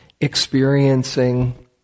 experiencing